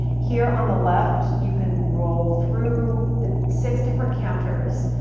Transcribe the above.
here on the left, you can roll through the six different counters.